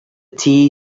tea